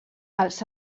els